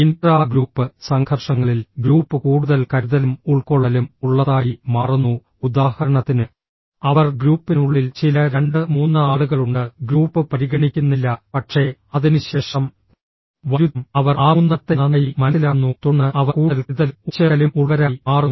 intra group സംഘർഷങ്ങളിൽ group കൂടുതൽ കരുതലും ഉൾക്കൊള്ളലും ഉള്ളതായി മാറുന്നു ഉദാഹരണത്തിന് അവർ ഗ്രൂപ്പിനുള്ളിൽ ചില 2 3 ആളുകളുണ്ട് ഗ്രൂപ്പ് പരിഗണിക്കുന്നില്ല പക്ഷേ അതിനുശേഷം വൈരുദ്ധ്യം അവർ ആ മൂന്നെണ്ണത്തെ നന്നായി മനസ്സിലാക്കുന്നു തുടർന്ന് അവർ കൂടുതൽ കരുതലും ഉൾച്ചേർക്കലും ഉള്ളവരായി മാറുന്നു